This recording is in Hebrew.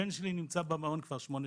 הבן שלי נמצא במעון כבר 8 שנים,